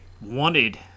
wanted –